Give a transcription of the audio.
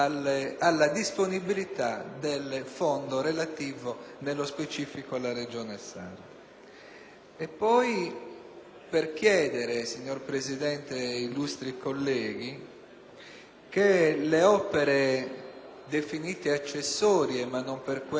Si chiede anche, signor Presidente, illustri colleghi, che le opere definite accessorie, ma non per questo meno importanti per garantire il funzionamento delle